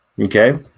Okay